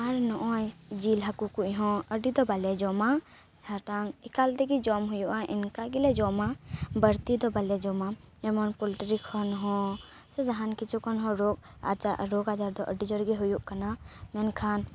ᱟᱨ ᱱᱚᱜᱼᱚᱭ ᱡᱤᱞ ᱦᱟ ᱠᱩ ᱠᱩᱪ ᱦᱚᱸ ᱟᱹᱰᱤ ᱫᱚ ᱵᱟᱞᱮ ᱡᱚᱢᱟ ᱡᱟᱦᱟᱸ ᱴᱟᱝ ᱮᱠᱟᱞ ᱛᱮᱜᱮ ᱡᱚᱢ ᱦᱩᱭᱩᱜᱼᱟ ᱮᱱᱠᱟᱜᱮᱞᱮ ᱡᱚᱢᱟ ᱵᱟᱹᱲᱛᱤ ᱫᱚ ᱵᱟᱞᱮ ᱡᱚᱢᱟ ᱡᱮᱢᱚᱱ ᱯᱚᱞᱴᱨᱤ ᱠᱷᱚᱱ ᱦᱚᱸ ᱥᱮ ᱡᱟᱦᱟᱱ ᱠᱤᱪᱷᱩ ᱠᱷᱚᱱ ᱦᱚᱸ ᱨᱳᱜ ᱟᱡᱟᱨ ᱫᱚ ᱟᱹᱰᱤ ᱡᱳᱨ ᱜᱮ ᱦᱩᱭᱩᱜ ᱠᱟᱱᱟ ᱢᱮᱱᱠᱷᱟᱱ